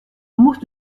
moest